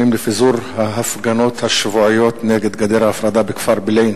לפיזור ההפגנות השבועיות נגד גדר ההפרדה בכפר בילעין.